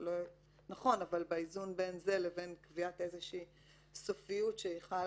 אבל באיזון בין זה לבין קביעת סופיות שחלה